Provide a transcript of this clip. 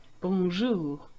Bonjour